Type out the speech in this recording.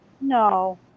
No